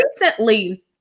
recently